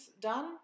done